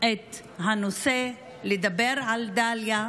את הנושא, לדבר על דליה.